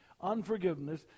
Unforgiveness